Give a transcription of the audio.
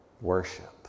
worship